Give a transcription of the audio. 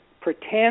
pretend